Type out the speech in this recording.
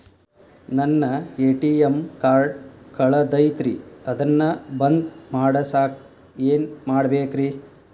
ನನ್ನ ATM card ಕಳದೈತ್ರಿ ಅದನ್ನ ಬಂದ್ ಮಾಡಸಾಕ್ ಏನ್ ಮಾಡ್ಬೇಕ್ರಿ?